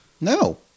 No